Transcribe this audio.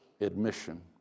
admission